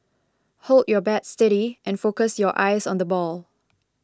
hold your bat steady and focus your eyes on the ball